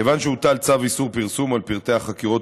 כיוון שהוטל צו איסור פרסום על פרטי החקירות